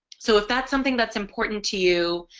so if that's something that's important to you